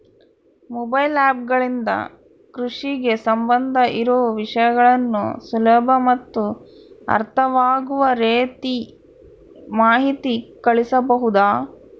Mobile app ಗಳಿಂದ ಕೃಷಿಗೆ ಸಂಬಂಧ ಇರೊ ವಿಷಯಗಳನ್ನು ಸುಲಭ ಮತ್ತು ಅರ್ಥವಾಗುವ ರೇತಿ ಮಾಹಿತಿ ಕಳಿಸಬಹುದಾ?